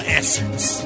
essence